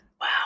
Wow